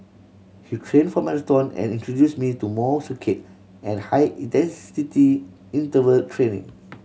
he trained for marathon and introduced me to more circuit and high intensity interval training